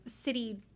city